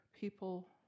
people